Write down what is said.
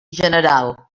general